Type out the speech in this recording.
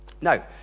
Now